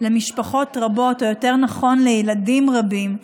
למשפחות רבות, או יותר נכון לילדים רבים,